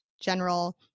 general